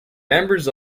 members